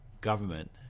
government